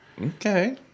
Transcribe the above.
Okay